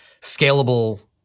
scalable